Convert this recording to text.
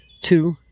two